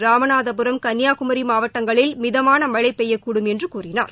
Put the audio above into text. ராமநாதபுரம் கன்னியாகுமரிமாவட்டங்களில் மிதமானமழைபெய்யக்கூடும் என்றும் அவர் கூறினார்